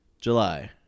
July